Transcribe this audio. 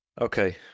Okay